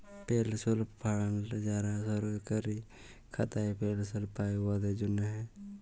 পেলশল fund যারা সরকারি খাতায় পেলশল পায়, উয়াদের জ্যনহে